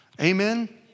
Amen